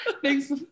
Thanks